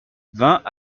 vingt